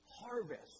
harvest